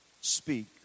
Speak